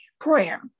Prayer